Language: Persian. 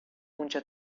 اونچه